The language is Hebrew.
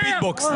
מה שקורה --- לא,